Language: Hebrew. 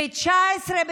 ב-2019,